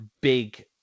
big